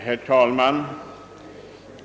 Herr talman!